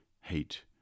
hate